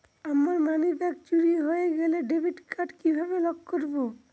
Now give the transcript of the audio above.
আমার মানিব্যাগ চুরি হয়ে গেলে ডেবিট কার্ড কিভাবে লক করব?